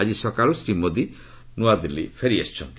ଆଜି ସକାଳୁ ଶ୍ରୀ ମୋଦି ନୂଆଦିଲ୍ଲୀ ଫେରିଆସିଛନ୍ତି